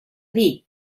dir